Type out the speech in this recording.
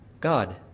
God